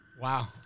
Wow